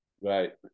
Right